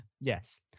Yes